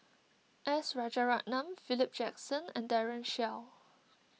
S Rajaratnam Philip Jackson and Daren Shiau